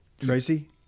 Tracy